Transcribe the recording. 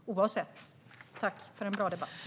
Tack för en bra debatt!